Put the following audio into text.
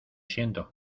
siento